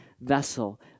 vessel